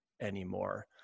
anymore